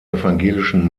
evangelischen